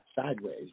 sideways